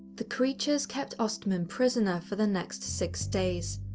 the creatures kept ostman prisoner for the next six days.